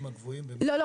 באחוזים הגבוהים --- לא,